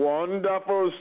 Wonderful